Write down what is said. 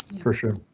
for sure.